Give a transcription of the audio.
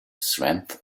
strength